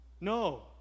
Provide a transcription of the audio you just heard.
No